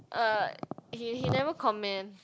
uh he he never comment